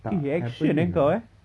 eh action eh kau eh